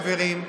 חברים,